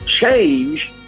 change